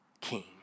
king